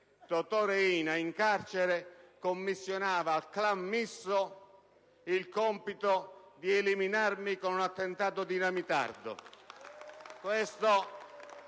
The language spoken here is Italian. Totò Riina in carcere commissionava al clan Misso il compito di eliminarmi con un attentato dinamitardo.